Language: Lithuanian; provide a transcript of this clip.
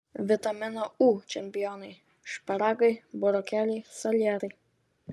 vitamino u čempionai šparagai burokėliai salierai